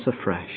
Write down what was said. afresh